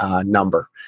number